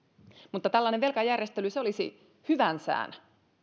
mutta tällainen velkajärjestely olisi hyvän sään